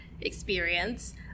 experience